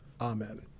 Amen